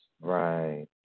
Right